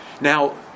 Now